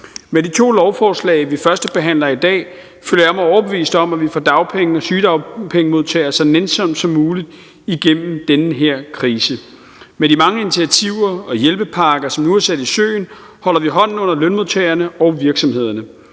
Med de to lovforslag, som vi førstebehandler i dag, føler jeg mig overbevist om, at vi får dagpenge- og sygedagpengemodtagere så nænsomt som muligt igennem den her krise. Med de mange initiativer og hjælpepakker, som nu er sat i søen, holder vi hånden under lønmodtagerne og virksomhederne